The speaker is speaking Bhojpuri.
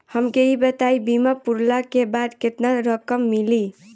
हमके ई बताईं बीमा पुरला के बाद केतना रकम मिली?